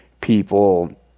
people